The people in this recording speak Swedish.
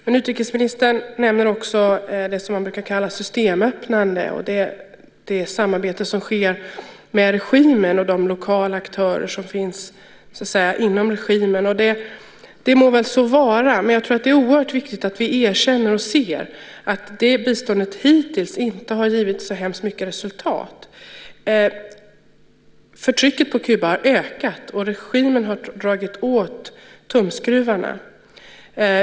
Men utrikesministern nämner också det som man brukar kalla för systemöppnande, det samarbete som sker med regimen och de lokala aktörer som så att säga finns inom regimen. Det må väl så vara, men jag tror att det är oerhört viktigt att vi erkänner och inser att det biståndet hittills inte har givit så hemskt mycket resultat. Förtrycket på Kuba har ökat, och regimen har dragit åt tumskruvarna.